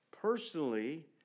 personally